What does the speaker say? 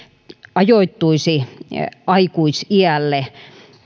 ajoittuisi aikuisiälle